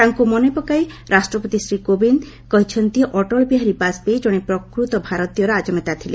ତାଙ୍କୁ ମନେ ପକେଇ ରାଷ୍ଟ୍ରପତି ଶ୍ରୀ କୋବିନ୍ଦ କହିଛନ୍ତି ଅଟଳ ବିହାରୀ ବାଜପେୟୀ ଜଣେ ପ୍ରକୃତ ଭାରତୀୟ ରାଜନେତା ଥିଲେ